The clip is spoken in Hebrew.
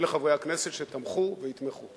ולחברי הכנסת שתמכו ויתמכו.